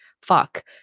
fuck